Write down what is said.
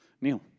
Neil